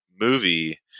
movie